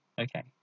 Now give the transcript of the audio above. Okay